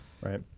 Right